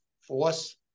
force